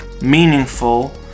meaningful